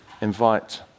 invite